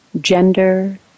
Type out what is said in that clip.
gender